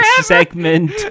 segment